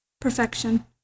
Perfection